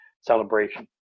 celebration